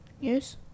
yes